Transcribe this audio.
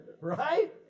Right